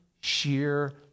sheer